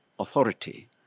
Authority